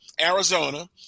Arizona